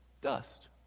dust